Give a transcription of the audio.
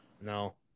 No